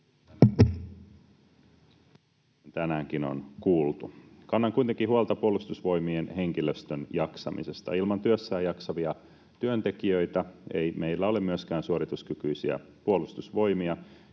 tänäänkin on kuultu. Kannan kuitenkin huolta Puolustusvoimien henkilöstön jaksamisesta. Ilman työssään jaksavia työntekijöitä ei meillä ole myöskään suorituskykyisiä puolustusvoimia,